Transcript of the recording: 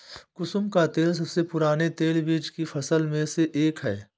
कुसुम का तेल सबसे पुराने तेलबीज की फसल में से एक है